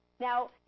Now